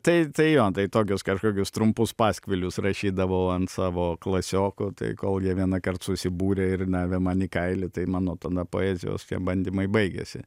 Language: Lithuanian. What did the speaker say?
taip tai jo tai tokius kažkokius trumpus paskvilius rašydavau ant savo klasiokų tai kol jie vienąkart susibūrė ir davė man į kailį tai mano tada poezijos bandymai baigėsi